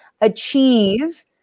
achieve